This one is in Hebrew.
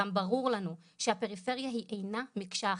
גם ברור לנו שהפריפריה היא אינה מקשה אחת.